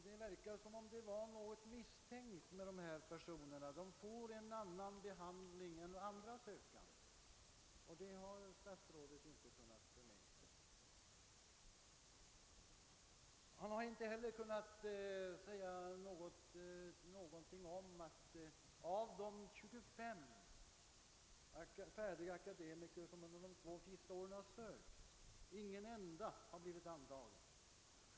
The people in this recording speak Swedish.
Det verkar som: om det var något misstänkt med dessa personer — de får en annan behandling än andra sökande: ' Statsrådet har inte heller kunnat förklara varför inte någon av de 25 färdiga akademiker som under de två senaste åren sökt till dessa kurser blivit antagen.